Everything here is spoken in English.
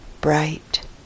bright